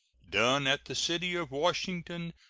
done at the city of washington,